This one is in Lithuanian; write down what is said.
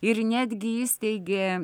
ir netgi įsteigė